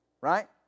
Right